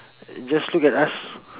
just look at us